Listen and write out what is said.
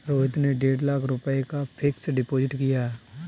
रोहित ने डेढ़ लाख रुपए का फ़िक्स्ड डिपॉज़िट किया